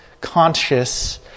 conscious